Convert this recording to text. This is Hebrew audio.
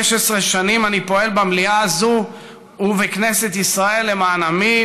15 שנים אני פועל במליאה הזאת ובכנסת ישראל למען עמי,